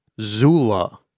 Zula